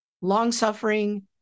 long-suffering